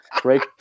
Great